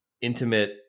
intimate